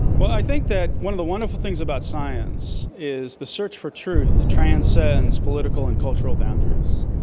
well, i think that one of the wonderful things about science is the search for truth transcends political and cultural boundaries.